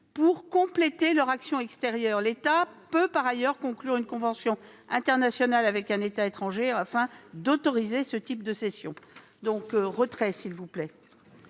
pour compléter leur action extérieure. L'État peut, par ailleurs, conclure une convention internationale avec un État étranger afin d'autoriser ce type de cession. Je retire l'amendement